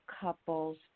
couples